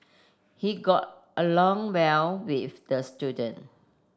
he got along well with the student